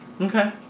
Okay